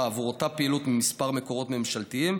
עבור אותה פעילות מכמה מקורות ממשלתיים,